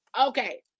Okay